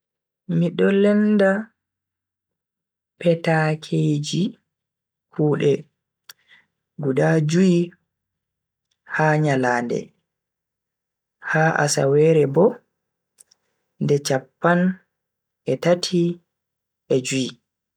mi do lenda petaakeji kude guda jui ha nylande, ha asawere bo nde chappan e tati ejui.